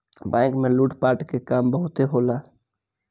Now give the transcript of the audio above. bank में लूट पाट के काम बहुते होला